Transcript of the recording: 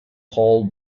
hall